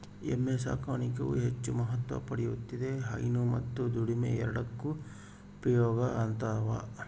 ಎಮ್ಮೆ ಸಾಕಾಣಿಕೆಯು ಹೆಚ್ಚು ಮಹತ್ವ ಪಡೆಯುತ್ತಿದೆ ಹೈನು ಮತ್ತು ದುಡಿಮೆ ಎರಡಕ್ಕೂ ಉಪಯೋಗ ಆತದವ